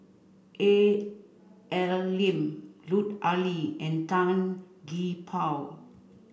A L Lim Lut Ali and Tan Gee Paw